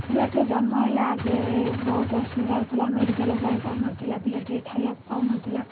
ପିଲାଟିଏ ଜନ୍ମ ହେଲେ ଆଗେ ବହୁତ ଅସୁବିଧା ହେଉଥିଲା ମେଡ଼ିକାଲ ଯାଇପାରୁନଥିଲା ପିଲାଟିଏ ଖାଇବାକୁ ପାଉନଥିଲା